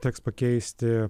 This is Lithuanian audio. teks pakeisti